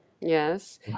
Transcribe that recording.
Yes